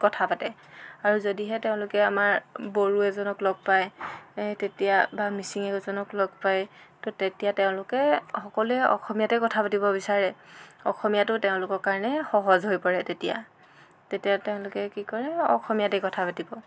কথা পাতে আৰু যদিহে তেওঁলোকে আমাৰ বড়ো এজনক লগ পায় তেতিয়া বা মিচিং এজনক লগ পায় তো তেতিয়া তেওঁলোকে সকলোৱে অসমীয়াতে কথা পাতিব বিচাৰে অসমীয়াটো তেওঁলোকৰ কাৰণে সহজ হৈ পৰে তেতিয়া তেতিয়া তেওঁলোকে কি কৰে অসমীয়াতেই কথা পাতিব